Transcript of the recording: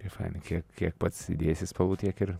kai fainai kiek kiek pats įdėsi spalvų tiek ir